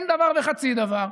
אין דבר וחצי דבר.